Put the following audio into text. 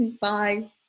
Bye